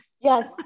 Yes